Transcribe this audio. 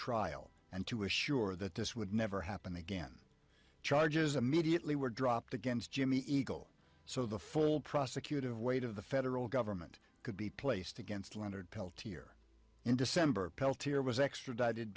trial and to assure that this would never happen again charges immediately were dropped against jimmy eagle so the full prosecutive weight of the federal government could be placed against leonard peltier in december peltier was extradited